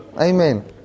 Amen